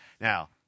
Now